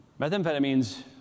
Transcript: Methamphetamines